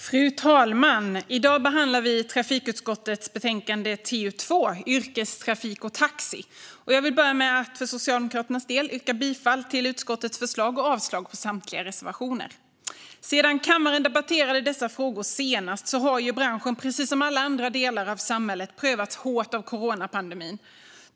Fru talman! I dag behandlar vi trafikutskottets betänkande TU2, Yrkes trafik och taxi . Jag vill börja med att för Socialdemokraternas del yrka bifall till utskottets förslag och avslag på samtliga reservationer. Sedan kammaren debatterade dessa frågor senast har branschen precis som alla andra delar av samhället prövats hårt av coronapandemin.